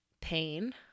pain